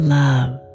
love